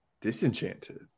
Disenchanted